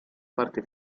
parte